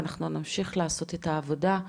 ואנחנו נמשיך לעשות את העבודה.